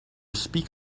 speak